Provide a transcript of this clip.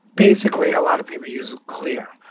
basically a lot of people use clear.